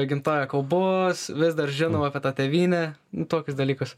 gimtąją kalbos vis dar žinau apie tą tėvynę tokius dalykus